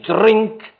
drink